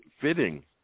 fitting